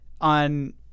on